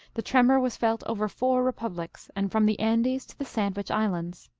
the tremor was felt over four republics, and from the andes to the sandwich islands.